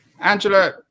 Angela